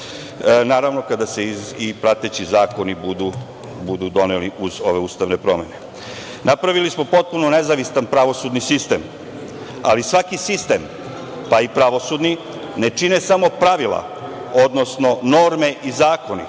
naravno, kada i prateći zakoni budu doneti uz ove ustavne promene. Napravili smo potpuno nezavistan pravosudni sistem, ali svaki sistem, pa i pravosudni ne čine samo pravila, odnosno norme i zakoni,